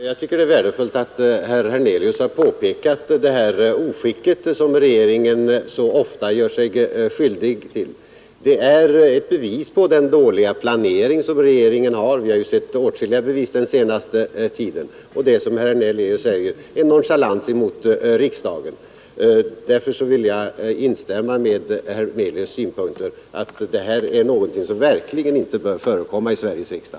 Herr talman! Det är värdefullt att herr Hernelius har påpekat det oskick som regeringen så ofta gör sig skyldig till. Det är ett bevis på den dåliga planering regeringen har — vi har sett åtskilliga bevis den senaste tiden. Och det är, som herr Hernelius säger, en nonchalans mot riksdagen. Därför vill jag instämma i herr Hernelius synpunkter att sådant här verkligen inte bör förekomma i Sveriges riksdag.